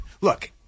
Look